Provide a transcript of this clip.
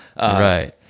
right